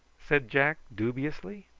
said jack, dubiously.